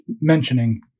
mentioning